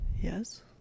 Yes